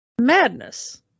madness